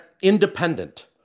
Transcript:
independent